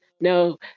no